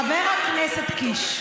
חבר הכנסת קיש,